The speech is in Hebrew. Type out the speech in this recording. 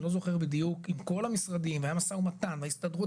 אני לא זוכר בדיוק עם כל המשרדים והיה משא ומתן והסתדרות